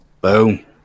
Boom